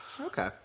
okay